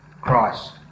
Christ